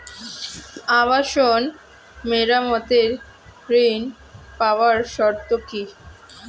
আবাসন মেরামতের ঋণ পাওয়ার শর্ত কি?